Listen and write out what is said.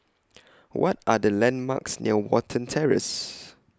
What Are The landmarks near Watten Terrace